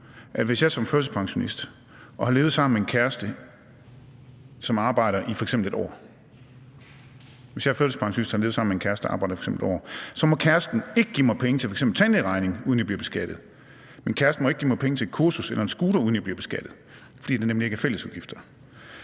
hvis jeg som førtidspensionist har levet sammen med en kæreste, som arbejder, i f.eks. 1 år, så må kæresten ikke give mig penge til f.eks. en tandlægeregning, uden at jeg bliver beskattet. Min kæreste må ikke give mig penge til et kursus eller en scooter, uden at jeg bliver beskattet, fordi det nemlig ikke er fællesudgifter.